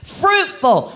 fruitful